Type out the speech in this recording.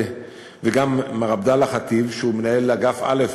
וגם מר עבדאללה ח'טיב שהוא מנהל אגף א'